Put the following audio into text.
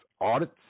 audits